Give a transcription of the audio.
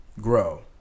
grow